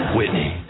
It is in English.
Whitney